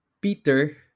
Peter